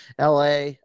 LA